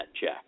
check